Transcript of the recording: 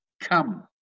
come